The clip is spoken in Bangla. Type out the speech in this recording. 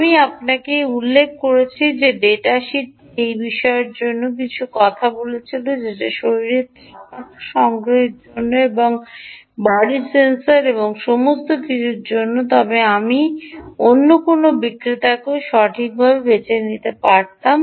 আমি আপনাকে উল্লেখ করেছি যে ডেটা শিটটি এই বিষয়টি নিয়ে কথা বলেছিল যে এটি শরীরের তাপ সংগ্রহের জন্য এবং বডি সেন্সর এবং সমস্ত কিছুর জন্য তবে আমি অন্য কোনও বিক্রেতাকেও সঠিকভাবে বেছে নিতে পারতাম